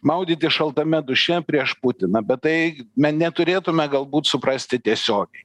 maudytis šaltame duše prieš putiną bet tai me neturėtume galbūt suprasti tiesiogiai